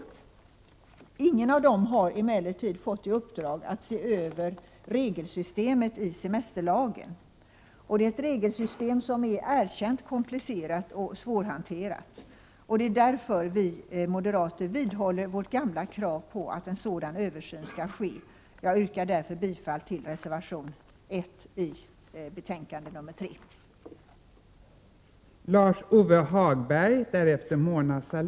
Ingen av dem har emellertid fått i uppdrag att se över regelsystemet i semesterlagen. Det är ett regelsystem som är erkänt komplicerat och svårhanterligt, och det är därför som vi moderater vidhåller vårt gamla krav på att en sådan översyn skall ske. Jag yrkar därför bifall till reservation 1 i arbetsmarknadsutskottets betänkande 3.